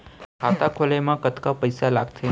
खाता खोले मा कतका पइसा लागथे?